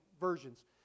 versions